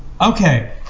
Okay